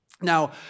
Now